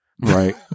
Right